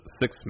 six